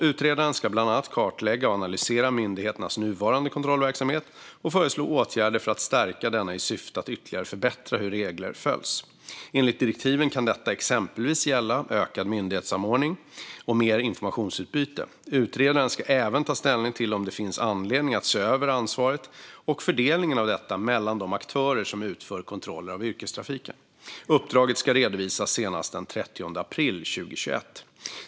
Utredaren ska bland annat kartlägga och analysera myndigheternas nuvarande kontrollverksamhet och föreslå åtgärder för att stärka denna i syfte att ytterligare förbättra hur regler följs. Enligt direktivet kan detta exempelvis gälla ökad myndighetssamordning och mer informationsutbyte. Utredaren ska även ta ställning till om det finns anledning att se över ansvaret och fördelningen av detta mellan de aktörer som utför kontroller av yrkestrafiken. Uppdraget ska redovisas senast den 30 april 2021.